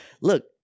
Look